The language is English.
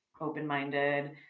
open-minded